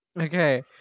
Okay